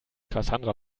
cassandra